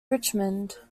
richmond